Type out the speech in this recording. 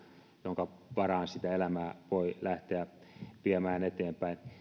jonka varaan sitä elämää voi lähteä viemään eteenpäin